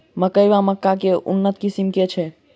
मकई वा मक्का केँ उन्नत किसिम केँ छैय?